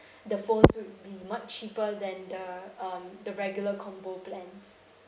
the phones would be much cheaper than the um the regular combo plans